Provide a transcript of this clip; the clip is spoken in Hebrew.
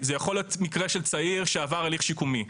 זה יכול להיות צעיר שעבר הליך שיקומי,